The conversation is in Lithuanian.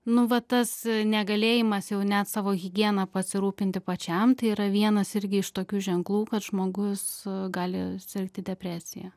nu va tas negalėjimas jau net savo higiena pasirūpinti pačiam tai yra vienas irgi iš tokių ženklų kad žmogus gali sirgti depresija